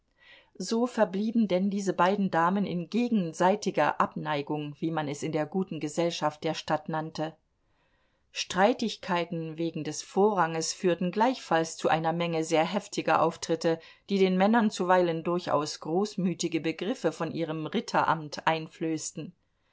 so verblieben denn diese beiden damen in gegenseitiger abneigung wie man es in der guten gesellschaft der stadt nannte streitigkeiten wegen des vorranges führten gleichfalls zu einer menge sehr heftiger auftritte die den männern zuweilen durchaus großmütige begriffe von ihrem ritteramt einflößten